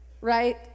right